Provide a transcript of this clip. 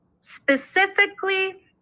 specifically